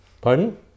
Pardon